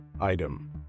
Item